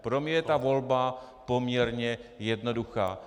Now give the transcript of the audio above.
Pro mě je ta volba poměrně jednoduchá.